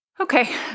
okay